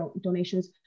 donations